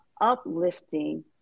uplifting